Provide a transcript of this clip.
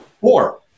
Four